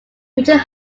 richard